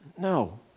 No